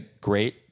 great